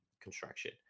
construction